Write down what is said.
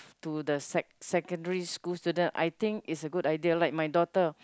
to the sec~ secondary school student I think it's a good idea like my daughter